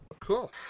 cool